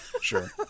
sure